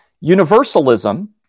Universalism